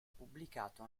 pubblicato